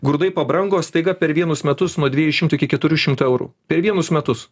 grūdai pabrango staiga per vienus metus nuo dviejų šimtų iki keturių šimtų eurų per vienus metus